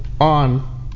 on